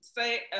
say